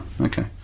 okay